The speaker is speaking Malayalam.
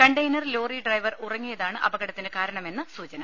കണ്ടെയ്നർ ലോറി ഡ്രൈവർ ഉറങ്ങിയതാണ് അപകടത്തിന് കാരണമെന്ന് സൂചന